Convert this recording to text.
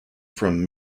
from